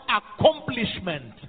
accomplishment